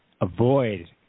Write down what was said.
avoid